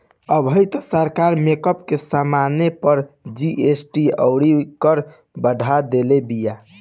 अबही तअ सरकार मेकअप के समाने पअ जी.एस.टी अउरी कर बढ़ा देले बिया